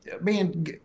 man